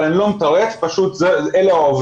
אבל אני לא --- אלו העובדות.